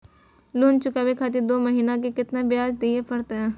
Loan चुकाबे खातिर दो महीना के केतना ब्याज दिये परतें?